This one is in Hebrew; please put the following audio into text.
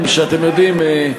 שאתם יודעים,